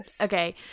Okay